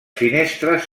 finestres